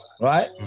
right